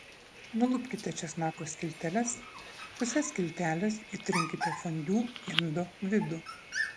nulupkite česnako skilteles puse skiltelės įtrinkite fondiu indo vidų